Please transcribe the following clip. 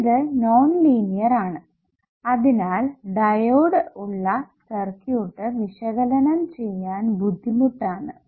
ഇത് non linear ആണ് അതിനാൽ ഡയോഡ് ഉള്ള സർക്യൂട്ട് വിശകലനം ചെയ്യാൻ ബുദ്ധിമുട്ട് ആണ്